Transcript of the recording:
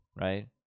right